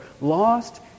lost